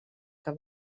que